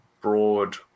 Broad